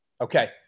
Okay